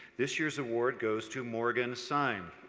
this year's award goes to morgan sein.